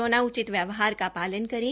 corona उचित व्यवहार का पालन करें